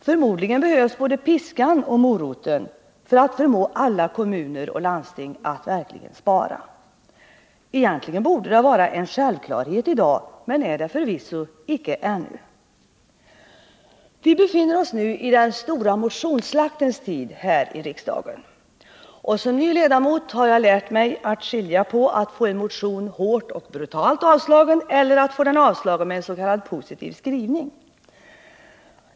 Förmodligen behövs både piskan och moroten för att förmå alla kommuner och landsting att verkligen spara. Egentligen borde det vara en självklarhet i dag men är det förvisso inte ännu. Vi befinner oss nu i den stora motionsslaktens tid här i riksdagen. Som ny ledamot har jag lärt mig skilja på att få en motion hårt och brutalt avslagen och att få den avslagen med en s.k. positiv skrivning.